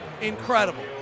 Incredible